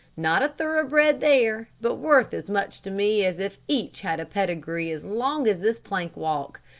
not a thoroughbred there, but worth as much to me as if each had pedigree as long as this plank walk.